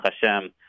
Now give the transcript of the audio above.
Hashem